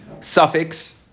suffix